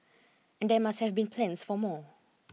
and there must have been plans for more